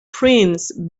prince